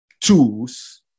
tools